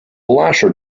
latter